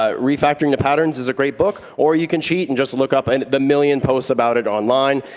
ah refactoring the patterns is a great book, or you can cheat and just look up and the million posts about it online,